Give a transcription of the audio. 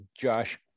Josh